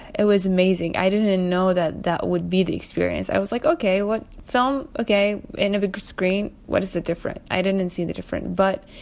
it was amazing i didn't didn't know that that would be the experience. i was like, ok, what film? ok, on a big screen? what is the difference? i didn't and see the difference. but